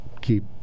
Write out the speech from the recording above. keep